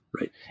right